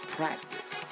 practice